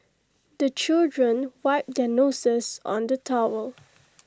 the children wipe their noses on the towel